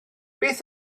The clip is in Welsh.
beth